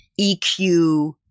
EQ